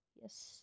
Yes